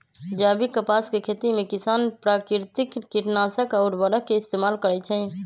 जैविक कपास के खेती में किसान प्राकिरतिक किटनाशक आ उरवरक के इस्तेमाल करई छई